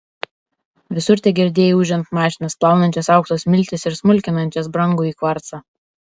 visur tegirdėjai ūžiant mašinas plaunančias aukso smiltis ir smulkinančias brangųjį kvarcą